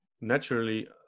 naturally